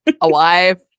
Alive